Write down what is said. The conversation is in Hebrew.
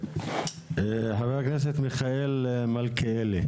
חבר הכנסת מיכאל מלכיאלי?